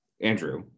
andrew